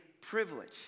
privilege